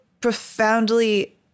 profoundly